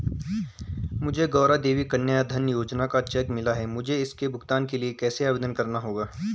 मुझे गौरा देवी कन्या धन योजना का चेक मिला है मुझे इसके भुगतान के लिए कैसे आवेदन करना होगा?